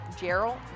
gerald